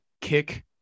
kick